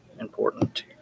important